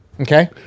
okay